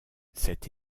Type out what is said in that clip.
cette